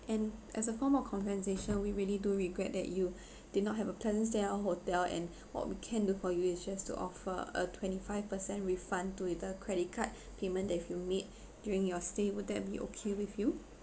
and as a form of compensation we really do regret that you did not have a pleasant stay at our hotel and what we can do for you is just to offer a twenty five percent refund to with the credit card payment that you've made during your stay would that be okay with you